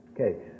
Okay